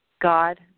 God